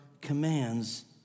commands